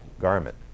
garment